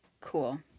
Cool